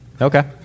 Okay